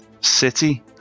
City